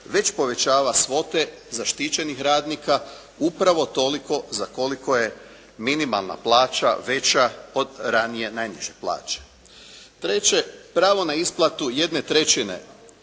već povećava svote zaštićenih radnika upravo toliko za koliko je minimalna plaća veća od ranije najniže plaće. Treće, pravo na isplatu jedne trećine